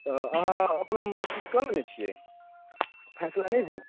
तऽ अहाँ अपनामे बातचीत कऽ लेने छियै फैसला नहि भेल